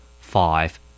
Five